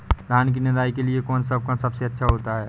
धान की निदाई के लिए कौन सा उपकरण सबसे अच्छा होता है?